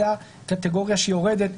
זאת הקטגוריה שיורדת,